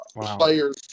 players